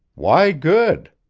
why good?